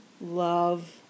love